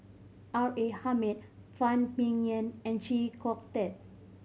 R A Hamid Phan Ming Yen and Chee Kong Tet